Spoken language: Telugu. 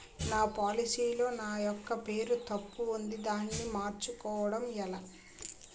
నా పోలసీ లో నా యెక్క పేరు తప్పు ఉంది దానిని మార్చు కోవటం ఎలా?